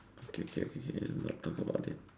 okay okay can don't talk about it